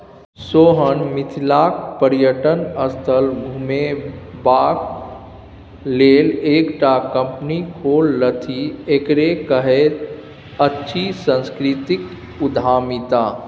सोहन मिथिलाक पर्यटन स्थल घुमेबाक लेल एकटा कंपनी खोललथि एकरे कहैत अछि सांस्कृतिक उद्यमिता